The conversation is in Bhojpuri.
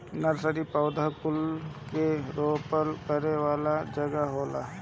नर्सरी पौधा कुल के रोपण करे वाला जगह होला